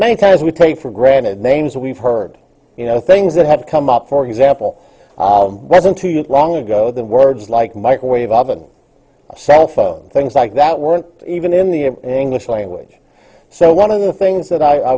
many times we take for granted names that we've heard you know things that had come up for example wasn't too long ago that words like microwave oven cell phone things like that weren't even in the english language so one of the things that i